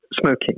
smoking